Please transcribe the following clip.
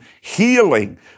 healing